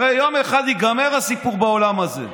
הרי יום אחד ייגמר הסיפור בעולם הזה.